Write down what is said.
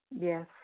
Yes